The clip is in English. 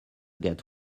get